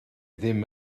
ddim